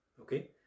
okay